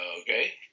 Okay